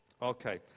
Okay